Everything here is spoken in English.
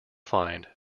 find